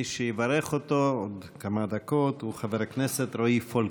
מי שיברך אותו בעוד כמה דקות הוא חבר הכנסת רועי פולקמן.